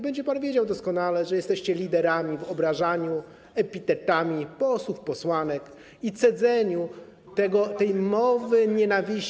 Będzie pan wiedział doskonale, że jesteście liderami w obrażaniu epitetami posłów, posłanek i cedzeniu tutaj tej mowy nienawiści.